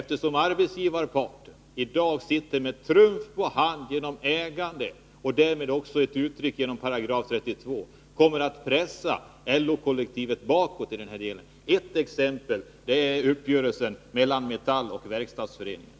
Eftersom arbetsgivarparten i dag sitter med trumf på hand genom ägande — uttryckt i 32 §— kommer den att pressa LO-kollektivet bakåt. Ett exempel är uppgörelsen mellan Metall och Verkstadsföreningen.